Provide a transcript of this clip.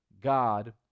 God